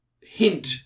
Hint